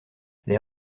les